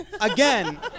Again